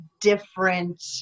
different